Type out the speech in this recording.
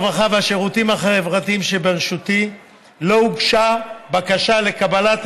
הרווחה והשירותים החברתיים שבראשותי לא הוגשה בקשה לקבלת